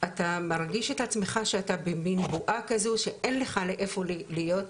אתה מרגיש את עצמך שאתה במין בועה כזו שאין לך איפה להיות,